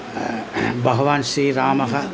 भगवान् श्रीरामः